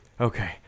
Okay